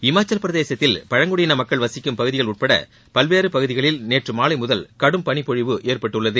ஹிமாச்சல் பிரதேசத்தில் பழங்குடியின மக்கள் வசிக்கும் பகுதிகள் உட்பட பல்வேறு பகுதிகளில் நேற்று மாலை முதல் கடும் பனிப்பொழிவு ஏற்பட்டுள்ளது